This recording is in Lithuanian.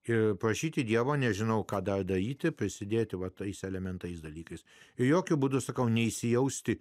ir prašyti dievo nežinau ką daryti prisidėti va tais elementais dalykais jokiu būdu sakau neįsijausti